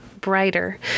brighter